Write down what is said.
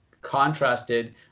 contrasted